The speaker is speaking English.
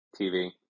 TV